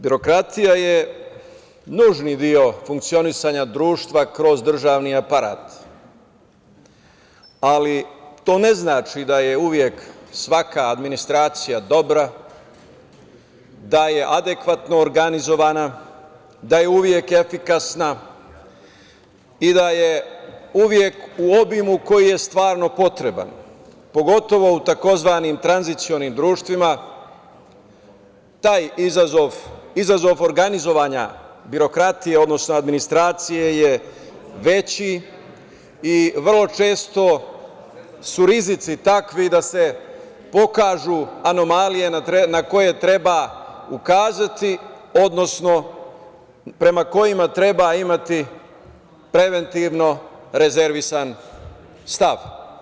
Birokratija je nužni deo funkcionisanja društva kroz državni aparat, ali to ne znači da je uvek svaka administracija dobra, da je adekvatno organizovana, da je uvek efikasna i da je uvek u obimu koji je stvarno potreban, pogotovo u tzv. tranzicionim društvima taj izazov, izazov organizovanja birokratije, odnosno administracije je veći i vrlo često su rizici takvi da se pokažu anomalije na koje treba ukazati, odnosno prema kojima treba imati preventivno rezervisan stav.